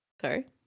sorry